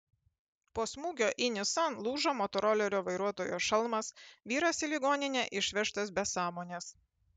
po smūgio į nissan lūžo motorolerio vairuotojo šalmas vyras į ligoninę išvežtas be sąmonės